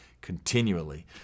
continually